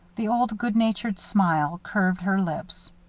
the old, good-natured smile curved her lips.